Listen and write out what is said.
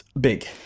big